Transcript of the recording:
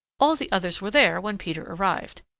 all the others were there when peter arrived.